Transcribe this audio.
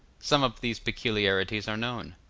some of these peculiarities are known,